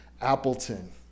Appleton